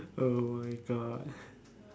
oh my god